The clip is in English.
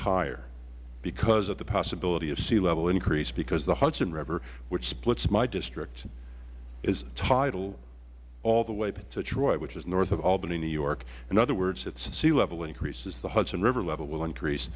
higher because of the possibility of sea level increase because the hudson river which splits my district is tidal all the way to troy which is north of albany new york in other words if the sea level increases the hudson river level will increase